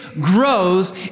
grows